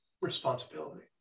responsibility